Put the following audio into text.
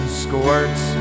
squirts